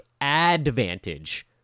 advantage